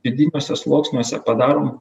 vidiniuose sluoksniuose padarom